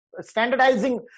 standardizing